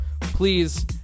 please